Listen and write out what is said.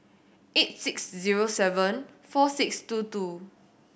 eight six zero seven four six two two